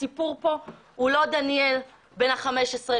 הסיפור פה הוא לא דניאל בן החמש עשרה,